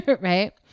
right